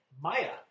Maya